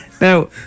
Now